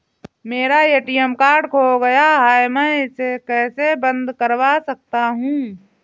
मेरा ATM card खो गया है मैं इसे कैसे बंद करवा सकता हूँ?